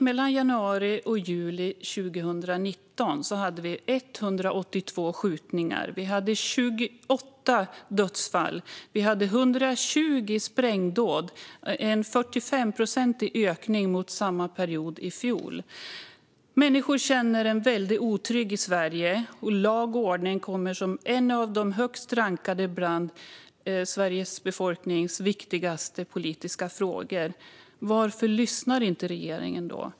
Mellan januari och juli 2019 hade vi 182 skjutningar, 28 dödsfall och 120 sprängdåd - en 45-procentig ökning jämfört med samma period i fjol. Människor känner en väldig otrygghet i Sverige, och lag och ordning är en av de högst rankade politiska frågorna bland Sveriges befolkning. Varför lyssnar då inte regeringen?